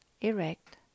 erect